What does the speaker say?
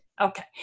Okay